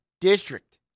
District